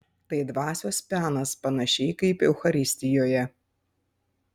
tai dvasios penas panašiai kaip eucharistijoje